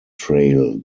trail